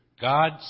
God